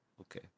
Okay